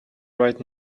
right